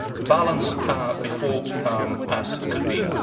balance before us could be,